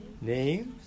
names